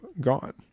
gone